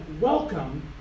welcome